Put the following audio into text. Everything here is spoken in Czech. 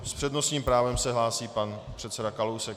S přednostním právem se hlásí pan předseda Kalousek.